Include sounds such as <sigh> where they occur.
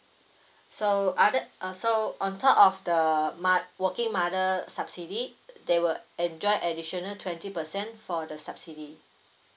<breath> so other uh so on top of the mot~ working mother subsidy they will enjoy additional twenty percent for the subsidy